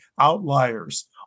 outliers